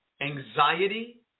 anxiety